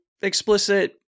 explicit